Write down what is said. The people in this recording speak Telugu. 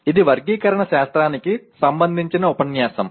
ఇది వర్గీకరణ శాస్త్రానికి సంబంధించిన ఉపన్యాసం